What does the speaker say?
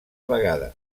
vegada